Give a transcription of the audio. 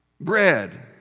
bread